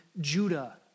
Judah